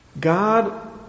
God